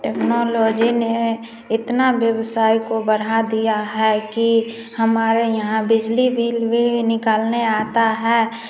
technology ने इतना व्यवसाय को बढ़ा दिया है कि हमारे यहाँ बिजली बिल भी निकालने आता है